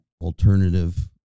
alternative